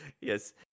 Yes